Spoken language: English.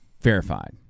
verified